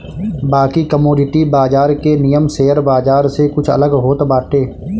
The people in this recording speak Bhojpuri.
बाकी कमोडिटी बाजार के नियम शेयर बाजार से कुछ अलग होत बाटे